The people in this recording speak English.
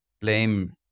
blame